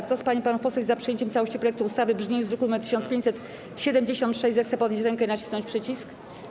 Kto z pań i panów posłów jest za przyjęciem w całości projektu ustawy w brzmieniu z druku nr 1576, zechce podnieść rękę i nacisnąć przycisk.